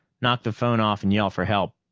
knock the phone off and yell for help.